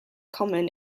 common